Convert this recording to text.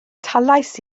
talais